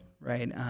right